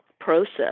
process